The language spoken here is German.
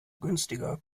günstiger